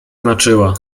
znaczyła